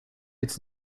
its